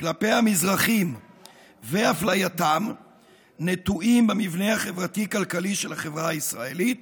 כלפי המזרחים ואפלייתם נטועים במבנה החברתי-כלכלי של החברה הישראלית